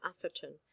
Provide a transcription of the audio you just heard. atherton